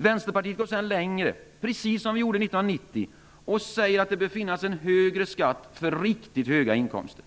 Vänsterpartiet går sedan längre, precis som vi gjorde 1990, och säger att det bör finnas en högre skatt för riktigt höga inkomster.